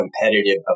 competitive